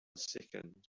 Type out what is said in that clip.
second